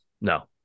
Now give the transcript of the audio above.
No